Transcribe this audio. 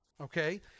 okay